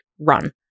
run